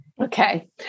Okay